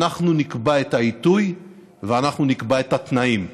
אנחנו נקבע את העיתוי ואנחנו נקבע את התנאים.